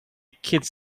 kids